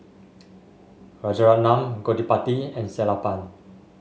Rajaratnam Gottipati and Sellapan